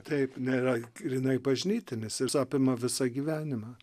taip nėra grynai bažnytinis jis apima visą gyvenimą